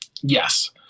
Yes